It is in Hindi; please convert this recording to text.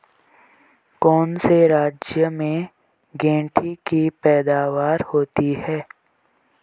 कौन से राज्य में गेंठी की पैदावार होती है?